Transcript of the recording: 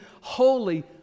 holy